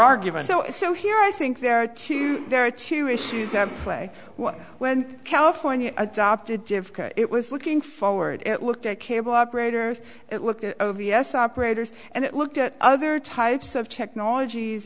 argument so so here i think there are two there are two issues at play when california adopted it was looking forward it looked at cable operators look at vs operators and it looked at other types of technologies